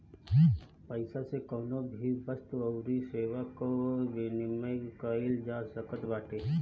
पईसा से कवनो भी वस्तु अउरी सेवा कअ विनिमय कईल जा सकत बाटे